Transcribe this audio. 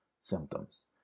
symptoms